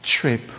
trip